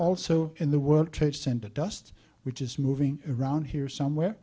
also in the world trade center dust which is moving around here somewhere